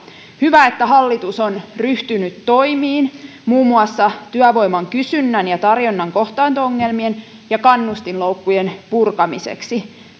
hyvä että hallitus on ryhtynyt toimiin muun muassa työvoiman kysynnän ja tarjonnan kohtaanto ongelmien ja kannustinloukkujen purkamiseksi